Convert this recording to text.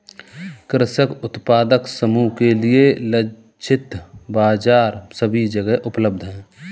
कृषक उत्पादक समूह के लिए लक्षित बाजार सभी जगह उपलब्ध है